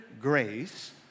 grace